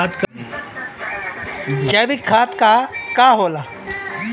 जैवीक खाद का होला?